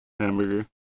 Hamburger